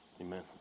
Amen